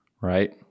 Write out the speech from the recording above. Right